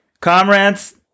Comrades